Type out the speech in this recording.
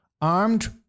armed